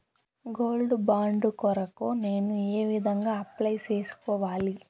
Gold bond కొరకు నేను ఏ విధంగా అప్లై సేసుకోవాలి?